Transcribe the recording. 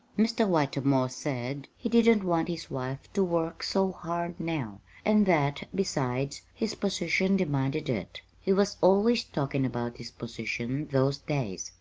mr. whitermore said he didn't want his wife to work so hard now, and that, besides, his position demanded it. he was always talkin' about his position those days,